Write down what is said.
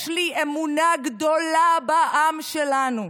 יש לי אמונה גדולה בעם שלנו.